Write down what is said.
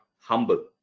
humble